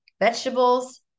vegetables